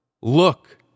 Look